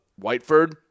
Whiteford